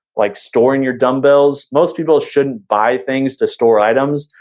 like storing your dumbbells. most people shouldn't buy things to store items.